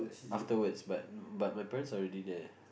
afterwards but but my parents are already there